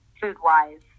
food-wise